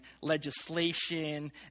legislation